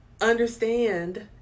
understand